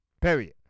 Period